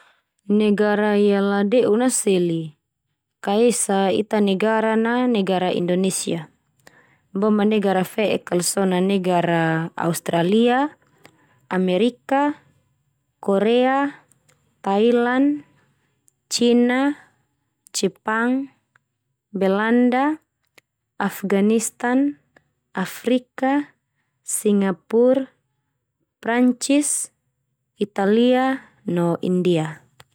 Negara ialah deu'na na seli, ka esa ita negara na negara Indonesia. Boma negara fe'ek kala so na negara Australia, Amerika, Korea, Thailand, China, Jepang, Belanda, Afganistan, Afrika, Singapura, Prancis, Italia, no India.